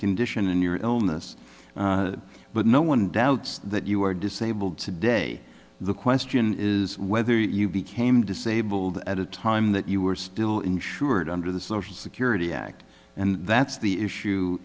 condition and your illness but no one doubts that you are disabled today the question is whether you became disabled at a time that you were still insured under the social security act and that's the issue